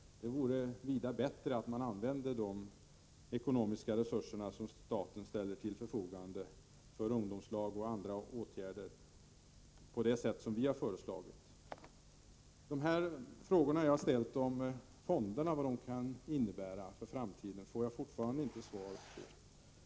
Det vore långt bättre om man använde de ekonomiska resurser som staten ställer till förfogande för ungdomslag och andra åtgärder på det sätt som vi har föreslagit. De frågor jag har ställt om löntagarfonderna och vad de kan komma att innebära för framtiden får jag fortfarande inte något svar på.